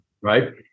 right